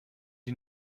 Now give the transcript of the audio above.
die